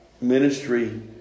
ministry